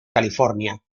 california